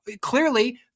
clearly